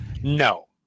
No